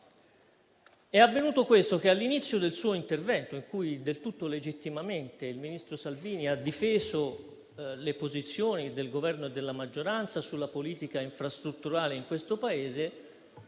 È avvenuto che all'inizio del suo intervento, in cui del tutto legittimamente il ministro Salvini ha difeso le posizioni del Governo e della maggioranza sulla politica infrastrutturale in questo Paese